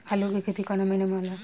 आलू के खेती कवना महीना में होला?